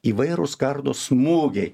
įvairūs kardo smūgiai